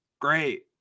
Great